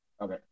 Okay